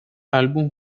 álbum